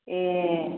ए